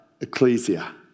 ecclesia